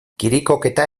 kirikoketa